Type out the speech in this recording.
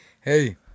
Hey